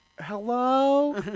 Hello